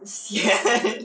sian